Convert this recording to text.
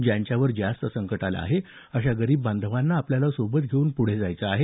ज्यांच्यावर जास्त संकट आलं आहे अशा गरीब बांधवांना आपल्याला सोबत पुढे घेऊन जायचं आहे